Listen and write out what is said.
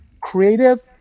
creative